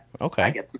Okay